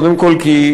קודם כול כי,